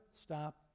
stop